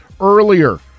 Earlier